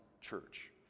church